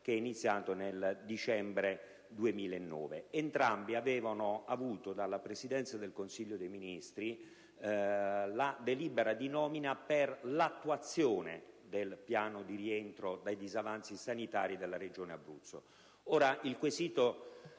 iniziato nel dicembre 2009. Entrambi i commissari avevano avuto dalla Presidenza del Consiglio dei ministri la delibera di nomina per l'attuazione del piano di rientro dai disavanzi sanitari della Regione Abruzzo.